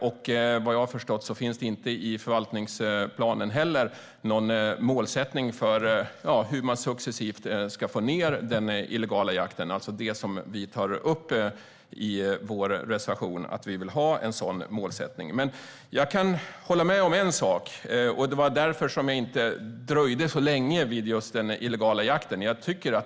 Och vad jag har förstått finns det inte heller i förvaltningsplanen någon målsättning för hur man ska minska den illegala jakten, alltså en sådan målsättning som vi tar upp i vår reservation att vi vill ha. Jag kan hålla med om en sak, och det var därför som jag inte dröjde mig kvar så länge vid just den illegala jakten.